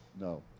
No